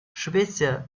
швеция